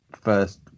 first